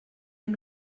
amb